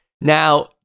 Now